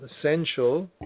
essential